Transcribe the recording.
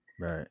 right